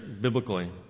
biblically